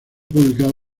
publicado